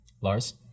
Lars